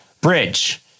bridge